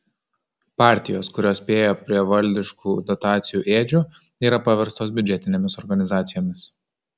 partijos kurios spėjo prie valdiškų dotacijų ėdžių yra paverstos biudžetinėmis organizacijomis